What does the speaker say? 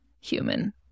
human